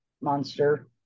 monster